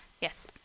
Yes